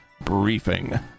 briefing